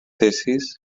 thesis